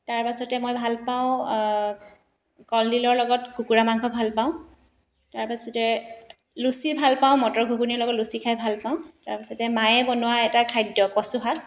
তাৰপাছতে মই ভাল পাওঁ কলডিলৰ লগত কুকুৰা মাংস ভাল পাওঁ তাৰপাছতে লুচি ভাল পাওঁ মটৰ ঘুগুনীৰ লগত লুচি খাই ভাল পাওঁ তাৰপাছতে মায়ে বনোৱা এটা খাদ্য কচুশাক